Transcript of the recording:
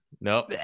Nope